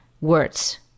words